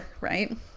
Right